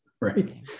Right